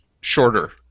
shorter